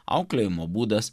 auklėjimo būdas